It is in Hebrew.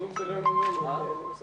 באמת קצת